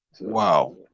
wow